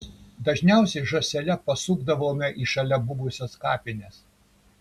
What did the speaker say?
dažniausiai žąsele pasukdavome į šalia buvusias kapines